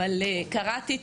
אבל קראתי,